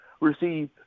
receive